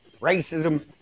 racism